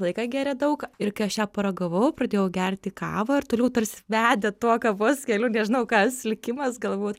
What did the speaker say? laiką gėrė daug ir šią paragavau pradėjau gerti kavą ir toliau tarsi vedė tuo kavos geliu nežinau kas likimas galbūt